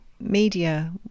media